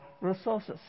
resources